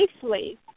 Safely